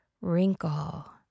wrinkle